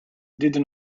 did